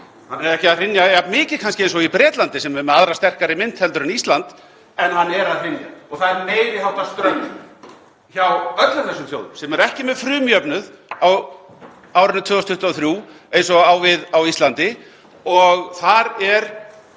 kannski ekki að hrynja jafn mikið og í Bretlandi, sem er með aðra sterkari mynt en Ísland, en hann er að hrynja og það er meiri háttar ströggl hjá öllum þessum þjóðum sem eru ekki með frumjöfnuð á árinu 2023 eins og við á Íslandi og þar eru